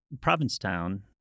Provincetown